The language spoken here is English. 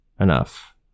enough